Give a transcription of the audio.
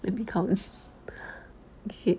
would become K